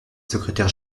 secrétaire